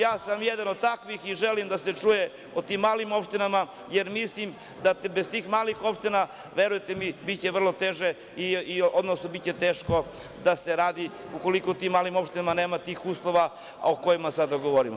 Ja sam jedan od takvih i želim da se čuje o tim malim opštinama, jer mislim da bez tih malih opština, verujte mi, biće teško da se radi ukoliko u tim malim opštinama nema uslova, a o kojima sada govorimo.